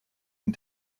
and